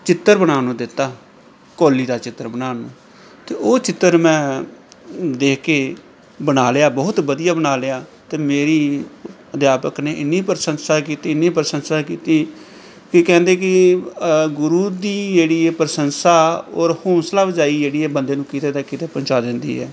ਚਿੱਤਰ ਬਣਾਉਣ ਨੂੰ ਦਿੱਤਾ ਕੌਲੀ ਦਾ ਚਿੱਤਰ ਬਣਾਉਣ ਨੂੰ ਅਤੇ ਉਹ ਚਿੱਤਰ ਮੈਂ ਦੇਖ ਕੇ ਬਣਾ ਲਿਆ ਬਹੁਤ ਵਧੀਆ ਬਣਾ ਲਿਆ ਅਤੇ ਮੇਰੀ ਅਧਿਆਪਕ ਨੇ ਇੰਨੀ ਪ੍ਰਸ਼ੰਸਾ ਕੀਤੀ ਇੰਨੀ ਪ੍ਰਸ਼ੰਸਾ ਕੀਤੀ ਕਿ ਕਹਿੰਦੇ ਕਿ ਗੁਰੂ ਦੀ ਜਿਹੜੀ ਪ੍ਰਸ਼ੰਸਾ ਔਰ ਹੌਸਲਾ ਅਫਜ਼ਾਈ ਜਿਹੜੀ ਹੈ ਬੰਦੇ ਨੂੰ ਕਿਤੇ ਤੋਂ ਕਿਤੇ ਪਹੁੰਚਾ ਦਿੰਦੀ ਹੈ